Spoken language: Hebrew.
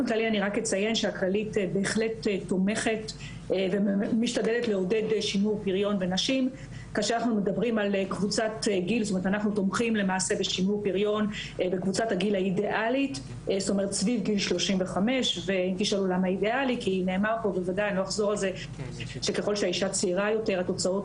35. נאמר פה שככל שהאישה צעירה יותר התוצאות